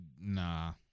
nah